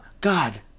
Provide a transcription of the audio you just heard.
God